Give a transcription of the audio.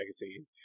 magazine